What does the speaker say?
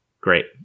great